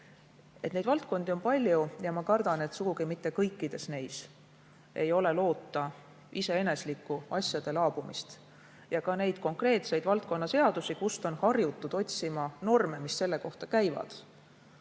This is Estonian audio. paremaks, on palju. Kardan, et sugugi mitte kõigis neis ei ole loota iseeneslikku asjade laabumist. Ka konkreetseid valdkonnaseadusi, kust on harjutud otsima norme, mis selle kohta käivad